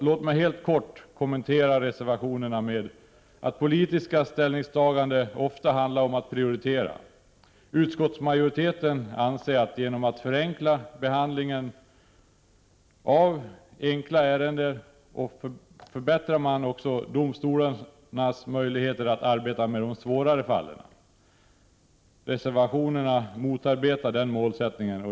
Låt mig helt kort kommentera reservationerna med att politiska ställningstaganden ofta 133 handlar om att prioritera. Utskottsmajoriteten anser att man genom att förenkla behandlingen av enkla ärenden också förbättrar domstolarnas möjligheter att arbeta med de svårare fallen. Reservationerna motarbetar den målsättningen.